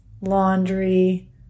laundry